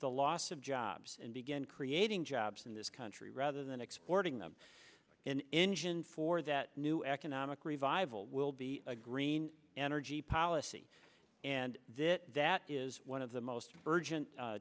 the loss of jobs and begin creating jobs in this country rather than exporting them an engine for that new economic revival will be a green energy policy and that is one of the most u